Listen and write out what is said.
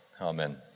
amen